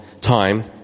time